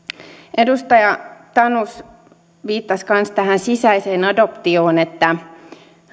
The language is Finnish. edustaja tanus viittasi kanssa tähän sisäiseen adoptioon että